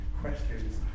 questions